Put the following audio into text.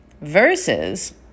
Versus